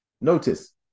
notice